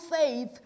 faith